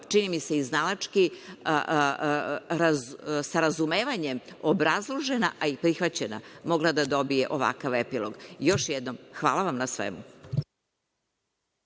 čini mi se i znalački, sa razumevanjem obrazložena i prihvaćena, mogla da dobije ovakav epilog. Još jednom, hvala vam na svemu.